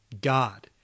God